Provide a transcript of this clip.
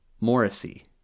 Morrissey